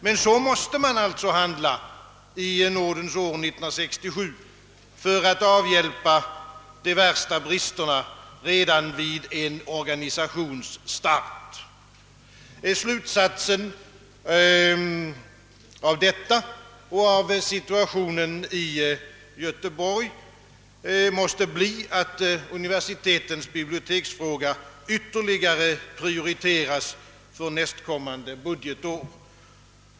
Men så måste man alltså handla i nådens år 1967 för att avhjälpa de värsta bristerna redan vid en organisations start. Slutsatsen av detta och av situationen i Göteborg måste bli, att universitetens biblioteksfråga ytterligare prioriteras ett följande budgetår.